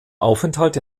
aufenthalt